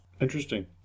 Interesting